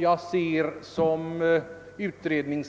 Jag ser det nu